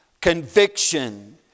conviction